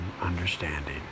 understanding